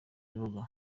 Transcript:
bibuga